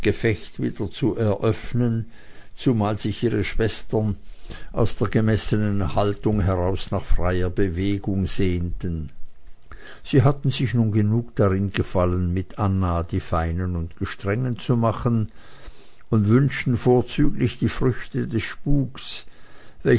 wieder zu eröffnen zumal sich ihre schwestern aus der gemessenen haltung heraus nach freier bewegung sehnten sie hatten sich nun genug darin gefallen mit anna die feinen und gestrengen zu machen und wünschten vorzüglich die früchte des spukes